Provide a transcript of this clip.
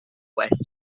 west